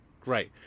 Great